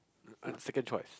uh second choice